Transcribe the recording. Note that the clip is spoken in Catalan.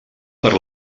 per